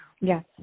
Yes